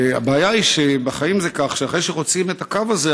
והבעיה היא שבחיים זה כך שאחרי שחוצים את הקו הזה,